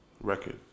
record